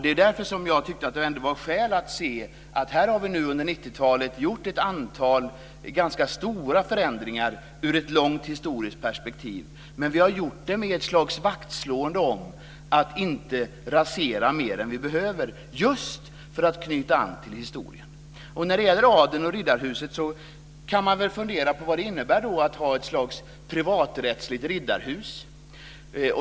Det är därför som jag tyckte att det fanns skäl att fästa uppmärksamheten på att vi under 90-talet har genomfört ett antal ganska stora förändringar, sett ur ett långt historiskt perspektiv, samtidigt som vi har slagit vakt om att inte rasera mer än som behövs just för att knyta an till historien. När det gäller adeln och Riddarhuset kan man fundera över vad det innebär att ha ett slags privaträttsligt riddarhus.